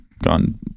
Gone